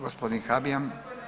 Gospodin Habijan.